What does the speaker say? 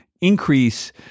increase